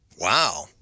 Wow